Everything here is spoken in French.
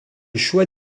choix